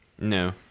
No